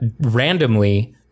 Randomly